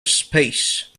space